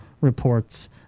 reports